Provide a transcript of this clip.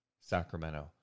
Sacramento